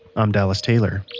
i'm dallas taylor